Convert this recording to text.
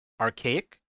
archaic